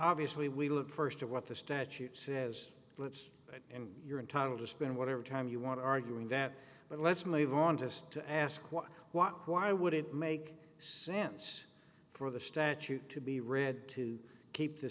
obviously we look first to what the statute says which and you're entitled to spend whatever time you want arguing that but let's move on just to ask what walk why would it make sense for the statute to be read to keep the